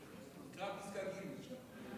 קרא את פסקה ג' שם.